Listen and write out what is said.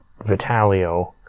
Vitalio